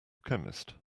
chemist